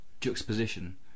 juxtaposition